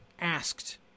asked